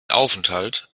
aufenthalt